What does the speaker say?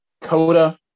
Coda